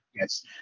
yes